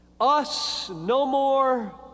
us-no-more